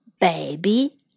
baby